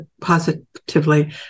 positively